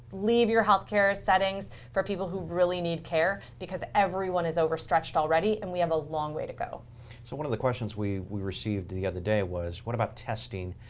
leave your health care settings for people who really need care, because everyone is overstretched already and we have a long way to go. so one of the questions we we received the other day was, what about testing?